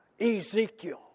Ezekiel